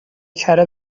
کره